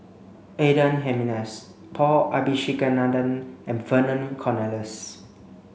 Adan Jimenez Paul Abisheganaden and Vernon Cornelius